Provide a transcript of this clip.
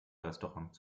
restaurant